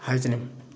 ꯍꯥꯏꯖꯅꯤꯡꯉꯤ